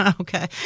okay